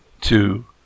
two